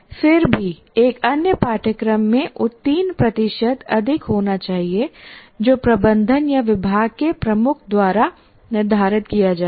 फिर भी एक अन्य पाठ्यक्रम में उत्तीर्ण प्रतिशत अधिक होना चाहिए जो प्रबंधन या विभाग के प्रमुख द्वारा निर्धारित किया जाएगा